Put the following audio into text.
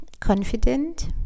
confident